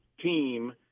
team